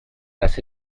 las